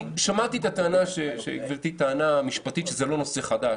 אני שמעתי את הטענה של גברתי שזה לא נושא חדש.